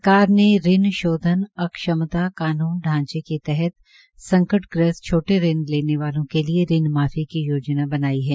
सरकार ने ऋण शोधन अक्षमता कानून ढांचे के तहत संकट ग्रस्त छोटे ऋण लेने वालों के लिए ऋण माफी की योजना बनाई है